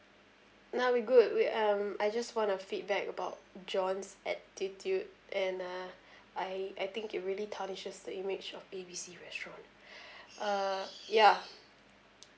nah we good we um I just want to feedback about john's attitude and uh I I think it really tarnishes the image of A B C restaurant uh ya